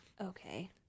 Okay